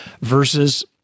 versus